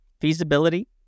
Feasibility